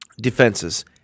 defenses